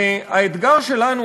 והאתגר שלנו,